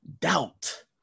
doubt